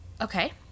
okay